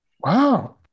wow